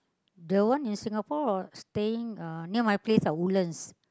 the one in Singapore or staying uh near my place ah Woodlands